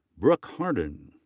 brooke hardin.